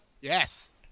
Yes